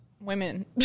women